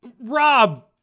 Rob